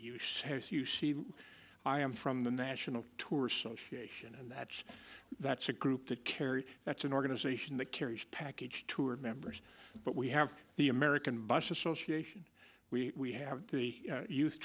has you see i am from the national tour association and that's that's a group that kerry that's an organization that carries package tour members but we have the american bus association we have the youth